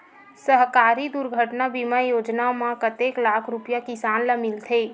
सहकारी दुर्घटना बीमा योजना म कतेक लाख रुपिया किसान ल मिलथे?